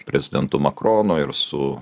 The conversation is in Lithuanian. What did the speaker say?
prezidentu makronu ir su